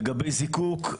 לגבי זיקוק,